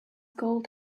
gold